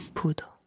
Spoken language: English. poudre